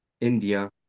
india